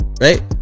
Right